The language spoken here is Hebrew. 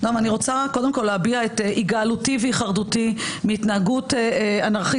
אני רוצה קודם כול להביע את היגעלותי והיחרדותי מהתנהגות אנרכיסטים,